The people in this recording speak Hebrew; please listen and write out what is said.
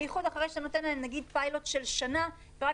בייחוד אחרי שאתה נותן להם פיילוט של שנה ורק